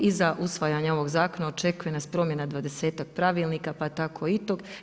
I za usvajanje ovog zakona očekuje nas promjena dvadesetak pravilnika pa tako i tog.